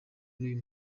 n’uyu